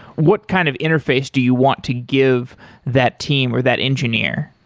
what kind of interface do you want to give that team or that engineer?